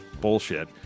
bullshit